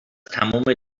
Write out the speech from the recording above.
تموم